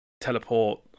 teleport